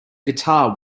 guitar